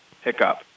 hiccup